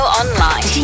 online